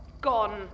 gone